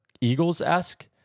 Eagles-esque